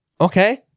Okay